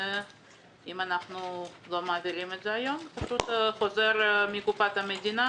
אם אנחנו לא מעבירים את זה היום זה פשוט חוזר מקופת המדינה